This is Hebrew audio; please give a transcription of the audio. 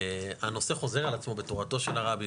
הנושא חוזר על עצמו בתורתו של הרבי,